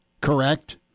correct